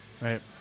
right